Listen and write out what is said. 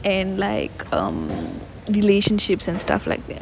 and like um relationships and stuff like that